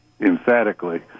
emphatically